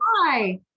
Hi